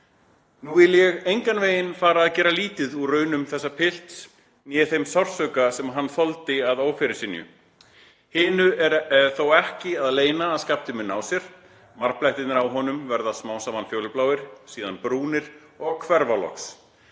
Nú vil ég enganveginn fara að gera lítið úr raunum þessa pilts né þeim sársauka sem hann þoldi að ófyrirsynju. Hinu er þó ekki að leyna að Skafti mun ná sér, marblettirnir á honum verða smámsaman fjólubláir síðan brúnir og hverfa loks.